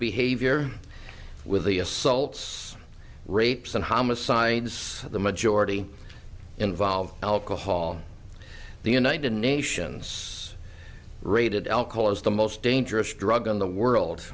behavior with the assaults rapes and homicides the majority involve alcohol the united nations rated alcohol as the most dangerous drug in the world